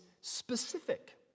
specific